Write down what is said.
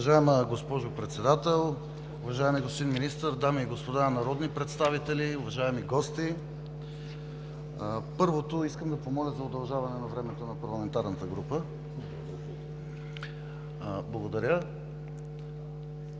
Уважаема госпожо Председател, уважаеми господин Министър, дами и господа народни представители, уважаеми гости! Първо, искам да помоля за удължаване на времето на парламентарната група. Благодаря.